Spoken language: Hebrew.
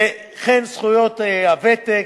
וכן זכויות הוותק,